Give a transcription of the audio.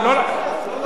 לא לא לא.